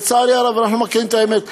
לצערי הרב, אנחנו מכירים את האמת.